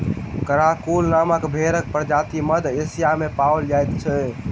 Karakul नामक भेंड़क प्रजाति मध्य एशिया मे पाओल जाइत छै